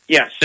Yes